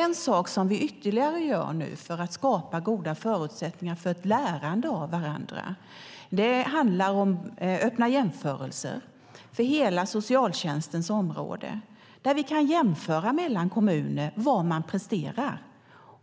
En sak som vi gör ytterligare för att skapa goda förutsättningar för ett lärande av varandra är öppna jämförelser på hela socialtjänstens område där vi kan jämföra mellan kommuner vad man presterar.